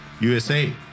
USA